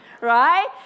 right